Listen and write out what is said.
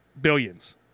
billions